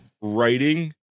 writing